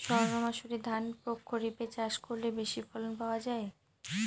সর্ণমাসুরি ধান প্রক্ষরিপে চাষ করলে বেশি ফলন পাওয়া যায়?